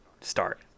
start